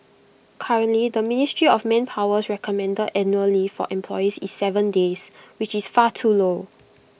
currently the ministry of Manpower's recommended annual leave for employees is Seven days which is far too low